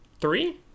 three